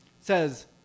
says